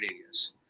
areas